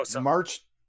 March